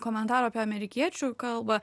komentaro apie amerikiečių kalbą